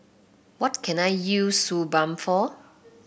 what can I use Suu Balm for